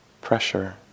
pressure